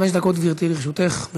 חמש דקות, גברתי, לרשותך.